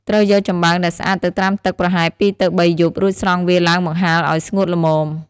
ត្រូវយកចំបើងដែលស្អាតទៅត្រាំទឹកប្រហែល ២ ទៅ ៣ យប់ រួចស្រង់វាឡើងមកហាលឲ្យស្ងួតល្មម។